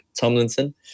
tomlinson